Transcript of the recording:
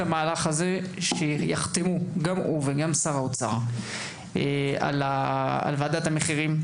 המהלך הזה שיחתמו גם הוא וגם שר האוצר על ועדת המחירים.